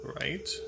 right